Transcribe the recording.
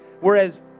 Whereas